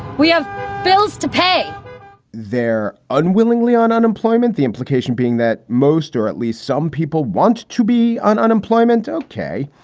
we have bills to pay they're unwillingly on unemployment. the implication being that most or at least some people want to be on unemployment. okay.